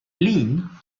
leanne